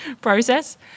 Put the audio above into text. process